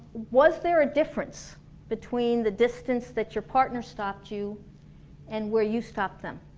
was there a difference between the distance that your partner stopped you and where you stopped them?